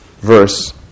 verse